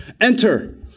Enter